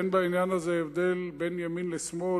אין בעניין הזה הבדל בין ימין לשמאל.